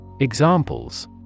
Examples